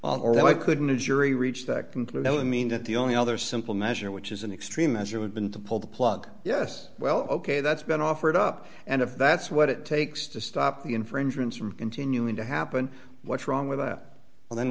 why couldn't a jury reach that conclusion would mean that the only other simple measure which is an extreme measure would been to pull the plug yes well ok that's been offered up and if that's what it takes to stop the infringements from continuing to happen what's wrong with that well then